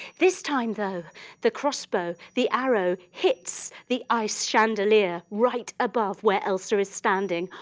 this time though the crossbow, the arrow hits the ice chandelier right above where elsa is standing,